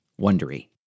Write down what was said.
wondery